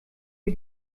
wir